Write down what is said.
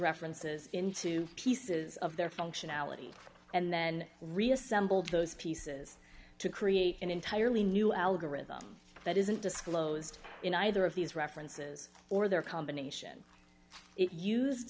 references into pieces of their functionality and then reassembled those pieces to create an entirely new algorithm that isn't disclosed in either of these references or their combination it use